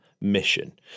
mission